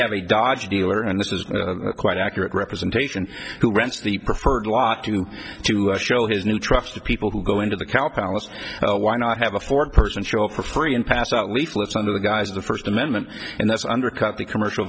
have a dodge dealer and this is quite accurate representation who rents the preferred lot to you to show his new trust of people who go into the calculus well why not have a four person show up for free and pass out leaflets under the guise of the first amendment and that's undercut the commercial